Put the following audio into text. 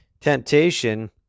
temptation